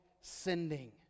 sending